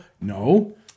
no